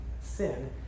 sin